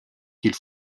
qu’il